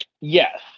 Yes